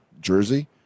Jersey